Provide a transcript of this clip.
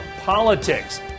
politics